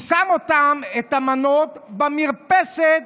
הוא שם אותן, את המנות, במרפסת